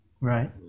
right